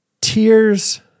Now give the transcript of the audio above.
tears